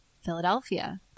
Philadelphia